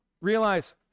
realize